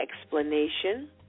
explanation